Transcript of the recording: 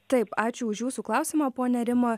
taip ačiū už jūsų klausimą ponia rima